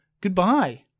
goodbye